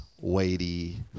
weighty